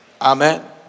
Amen